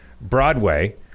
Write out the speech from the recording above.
Broadway